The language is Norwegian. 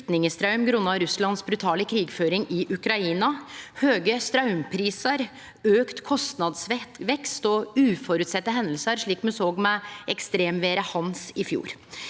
flyktningstraum grunna Russlands brutale krigføring i Ukraina, høge straumprisar, auka kostnadsvekst eller uføresette hendingar, slik me såg med ekstremvêret Hans i fjor.